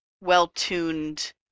well-tuned